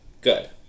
Good